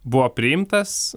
buvo priimtas